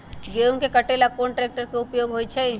गेंहू के कटे ला कोंन ट्रेक्टर के उपयोग होइ छई?